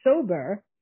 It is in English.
sober